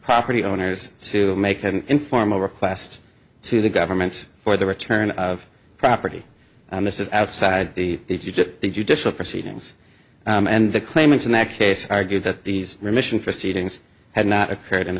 property owners to make an informal request to the government for the return of property and this is outside the egypt the judicial proceedings and the claimant in that case argued that these remission for seedings had not occurred